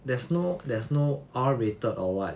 there's no there's no R rated or what